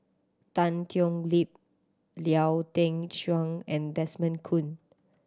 Tan Thoon Lip Lau Teng Chuan and Desmond Kon